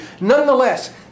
Nonetheless